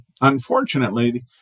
unfortunately